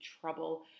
trouble